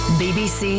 bbc